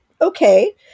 okay